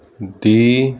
ਦੀ